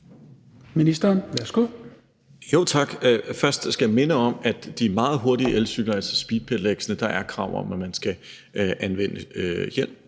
Engelbrecht): Tak. Først skal jeg minde om, at hvad angår de meget hurtige elcykler, altså speedpedelecs, så er der krav om, at man skal anvende hjelm;